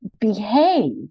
behave